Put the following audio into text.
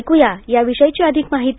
ऐकूया याविषयी अधिक माहिती